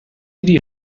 die